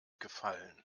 gefallen